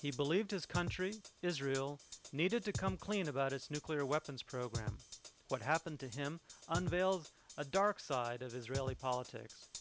he believed his country israel needed to come clean about its nuclear weapons program just what happened to him unveiled a dark side as israeli politics